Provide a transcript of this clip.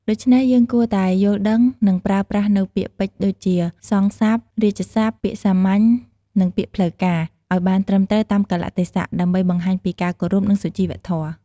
ដូច្នេះ យើងគួរតែយល់ដឹង និងប្រើប្រាស់នូវពាក្យពេចន៍ដូចជា សង្ឃស័ព្ទ រាជស័ព្ទ ពាក្យសាមញ្ញ និងពាក្យផ្លូវការ ឲ្យបានត្រឹមត្រូវតាមកាលៈទេសៈ ដើម្បីបង្ហាញពីការគោរព និងសុជីវធម៌។